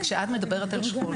כשאת מדברת על שכול,